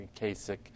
Kasich